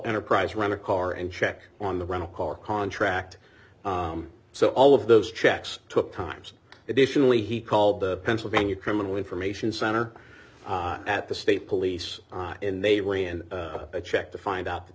enterprise rent a car and check on the rental car contract so all of those checks took times additionally he called the pennsylvania criminal information center at the state police and they ran a check to find out that